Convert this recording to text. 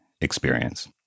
experience